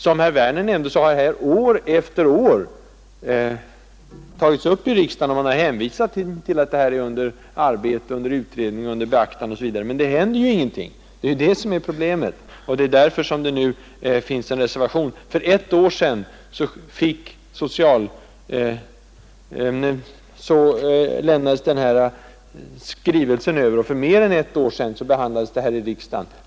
Som herr Werner i Malmö nämnde har saken år efter år tagits upp i riksdagen, och man har hänvisat till att detta är under arbete, under utredning, under beaktande osv. Men det händer ingenting i verkliga livet — det är detta som är problemet och det är därför som det nu finns en reservation. För ett år sedan lämnades riksdagsskrivelsen i ärendet över och för mer än ett år sedan behandlades frågan här i kammaren.